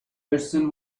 person